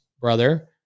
brother